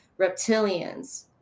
reptilians